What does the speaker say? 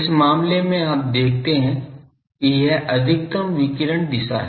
इस मामले में आप देखते हैं कि यह अधिकतम विकिरण दिशा है